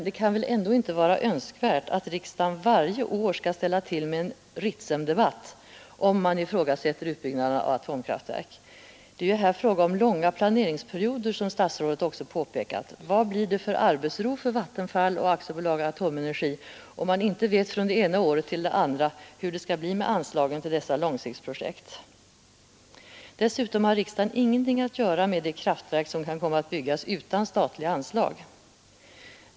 Det kan väl ändå inte vara önskvärt att riksdagen varje år skall ställa till med en ”Ritsemdebatt”, om man ifrågasätter utbyggnaden av atomkraftverk. Det gäller ju här långa planeringsperioder, vilket statsrådet också påpekat. Vad blir det för arbetsro för Vattenfall och AB Atomenergi, om man inte vet från det ena året till det andra hur det skall bli med anslagen till dessa långsiktsprojekt? Dessutom har riksdagen ingenting att göra med de kraftverk som kan komma att byggas utan statliga anslag.